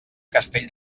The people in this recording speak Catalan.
castell